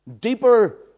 Deeper